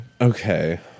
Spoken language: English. Okay